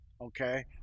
Okay